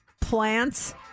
plants